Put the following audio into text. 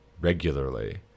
regularly